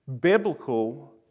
biblical